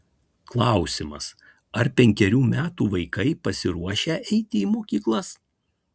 klausimas ar penkerių metų vaikai pasiruošę eiti į mokyklas